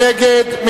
מי נגד?